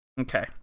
okay